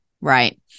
right